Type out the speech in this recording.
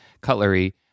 cutlery